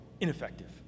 ineffective